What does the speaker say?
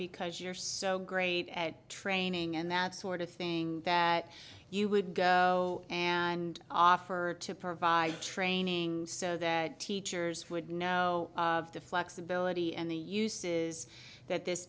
because you're so great at training and that sort of thing that you would go and offer to provide training so that teachers would know the flexibility and the uses that this